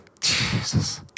Jesus